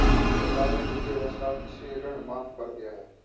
सरकार ने पिछले वर्ष का कृषि ऋण माफ़ कर दिया है